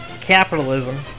Capitalism